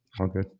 Okay